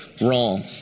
wrong